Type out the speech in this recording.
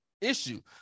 issue